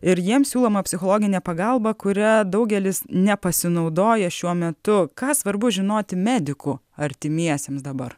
ir jiems siūloma psichologinė pagalba kuria daugelis nepasinaudoja šiuo metu ką svarbu žinoti medikų artimiesiems dabar